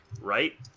right